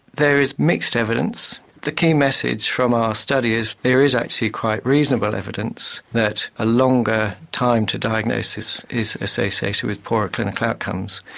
there is mixed evidence. the key message from our study is there is actually quite reasonable evidence that a longer time to diagnosis is associated with poorer clinical outcomes.